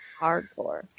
hardcore